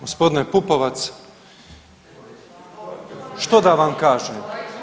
Gospodine Pupovac, što da vam kažem.